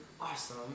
awesome